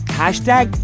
hashtag